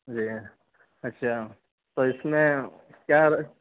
جی اچھا تو اِس میں کیا